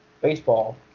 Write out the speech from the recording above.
baseball